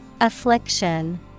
Affliction